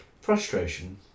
frustration